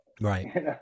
Right